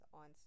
on